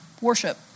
worship